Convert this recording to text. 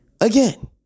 Again